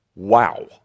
Wow